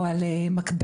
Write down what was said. או על "מקבת",